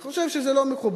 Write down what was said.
אני חושב שזה לא מכובד.